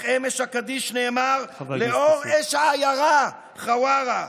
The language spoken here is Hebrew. אך אמש הקדיש נאמר לאור אש העיירה חווארה,